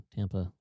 Tampa